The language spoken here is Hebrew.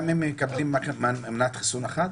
גם אם מקבלים מנת חיסון אחת?